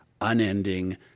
unending